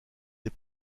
des